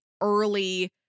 early